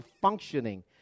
functioning